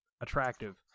attractive